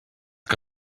que